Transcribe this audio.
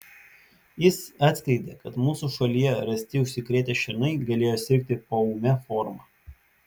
jis atskleidė kad mūsų šalyje rasti užsikrėtę šernai galėjo sirgti poūme forma